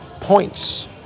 points